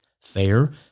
Fair